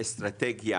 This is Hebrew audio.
אסטרטגיה